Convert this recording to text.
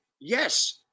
yes